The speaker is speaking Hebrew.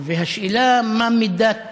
והשאלה, מה מידת